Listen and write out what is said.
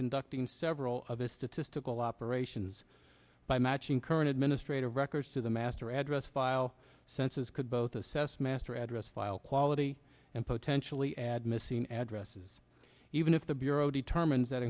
conducting several of his statistical operations by matching current administrative records to the master address file senses could both assess master address file quality and potentially add missing addresses even if the bureau determines that